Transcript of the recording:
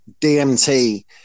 DMT